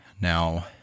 now